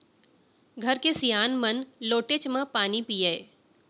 घर के सियान मन लोटेच म पानी पियय